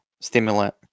stimulant